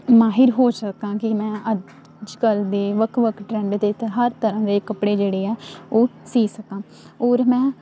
ਮਾਹਿਰ ਹੋ ਸਕਾਂ ਕਿ ਮੈਂ ਅੱਜ ਕੱਲ੍ਹ ਦੇ ਵੱਖ ਵੱਖ ਟਰੈਂਡ ਦੇ ਅਤੇ ਹਰ ਤਰ੍ਹਾਂ ਦੇ ਕੱਪੜੇ ਜਿਹੜੇ ਆ ਉਹ ਸਿਓਂ ਸਕਾਂ ਔਰ ਮੈਂ